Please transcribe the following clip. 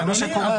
זה מה שקורא.